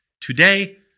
today